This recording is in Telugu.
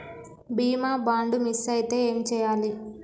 బీమా బాండ్ మిస్ అయితే ఏం చేయాలి?